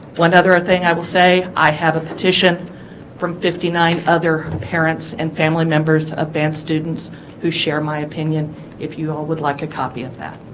one other ah thing i will say i have a petition from fifty nine other parents and family members of band students who share my opinion if you all would like a copy of that